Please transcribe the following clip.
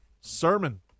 Sermon